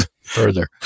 further